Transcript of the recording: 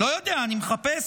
לא יודע,